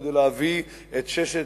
כדי להביא את 6,